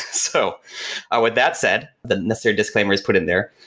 so ah with that said, the necessary disclaimer is put in there.